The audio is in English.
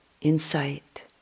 insight